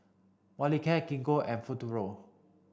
Molicare Gingko and Futuro